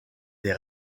des